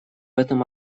этом